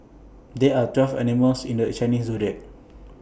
there are twelve animals in the Chinese Zodiac